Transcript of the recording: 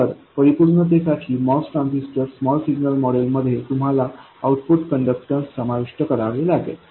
तर परिपूर्णतेसाठी MOS transistor small signal मॉडेलमध्ये तुम्हाला आउटपुट कंडक्टन्स समाविष्ट करावे लागेल